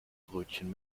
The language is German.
brötchen